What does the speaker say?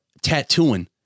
tattooing